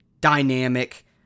dynamic